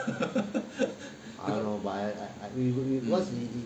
I don't know but I I